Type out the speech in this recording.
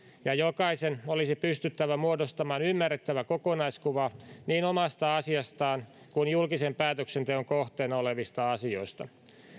ja jokaisen olisi pystyttävä muodostamaan ymmärrettävä kokonaiskuva niin omasta asiastaan kuin julkisen päätöksenteon kohteena olevista asioista